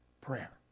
Prayer